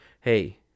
Hey